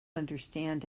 understand